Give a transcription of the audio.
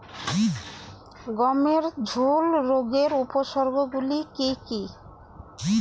গমের ঝুল রোগের উপসর্গগুলি কী কী?